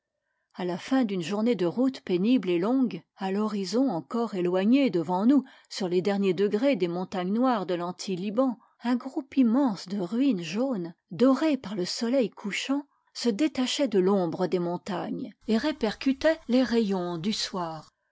a la fin d'une journée de route pénible et longue à l'horizon encore éloigné devant nous sur les derniers degrés des montagnes noires de lanti liban un groupe immense de ruines jaunes dorées par le soleil couchant se détachaient de l'ombre des montagnes et répercutaient les rayons du soir